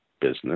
business